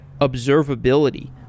observability